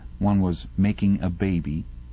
one was making a baby,